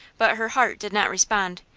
but her heart did not respond,